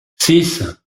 six